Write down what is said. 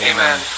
Amen